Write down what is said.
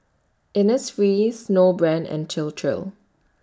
Innisfree Snowbrand and Chir Chir